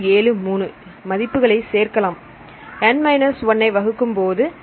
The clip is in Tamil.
73 மதிப்புகளை சேர்க்கலாம் N 1 ஐ வகுக்கும்போது 16